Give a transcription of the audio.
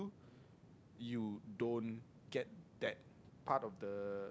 you don't get that part of the